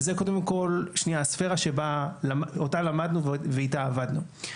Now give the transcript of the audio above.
וזה קודם כול הספרה שאותה למדנו ואיתה עבדנו.